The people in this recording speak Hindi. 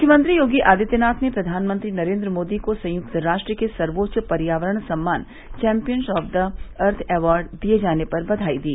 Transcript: मुख्यमंत्री योगी आदित्यनाथ ने प्रधानमंत्री नरेन्द्र मोदी को संयुक्त राष्ट्र के सर्वोच्च पर्याक्रण सम्मान champion of the earth award दिये जाने पर बधाई दी